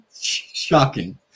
Shocking